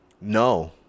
No